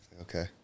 okay